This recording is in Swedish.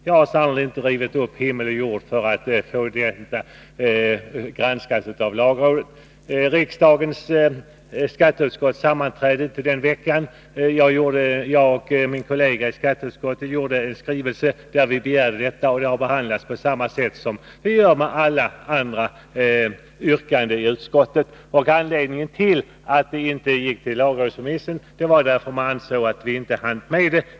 Jag har sannerligen inte rivit upp himmel och jord för att få förslaget Nr 53 granskat av lagrådet. Riksdagens skatteutskott hade inget sammanträde Torsdagen den utsatt den aktuella veckan. Jag och min partikollega i skatteutskottet 16 december 1982 avfattade en skrivelse, där vi begärde denna granskning. Skrivelsen har behandlats på samma sätt som alla andra yrkanden i utskottet. Anledningen till att förslaget inte gick till lagrådsremiss var att man inte ansåg att man hann med det.